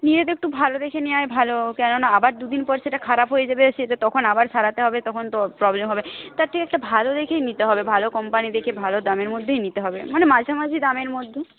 নিলে তো একটু ভাল দেখে নেওয়াই ভাল কেন না আবার দু দিন পর সেটা খারাপ হয়ে যাবে তখন আবার সারাতে হবে তখন তো প্রবলেম হবে তার থেকে একটা ভাল দেখেই নিতে হবে ভালো কোম্পানি দেখে ভালো দামের মধ্যেই নিতে হবে মানে মাঝামাঝি দামের মধ্যে